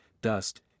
dust